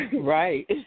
Right